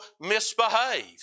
misbehave